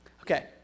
Okay